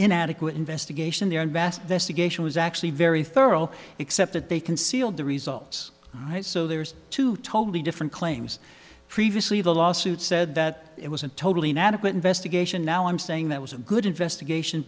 inadequate investigation their vast vesta geisha was actually very thorough except that they concealed the results right so there's two totally different claims previously the lawsuit said that it was a totally inadequate investigation now i'm saying that was a good investigation